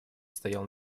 стоял